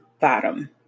bottom